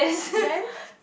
then